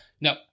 No